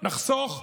נחסוך.